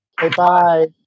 Bye-bye